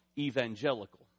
evangelical